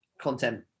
content